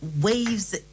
waves